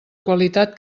qualitat